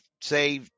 say